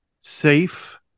safe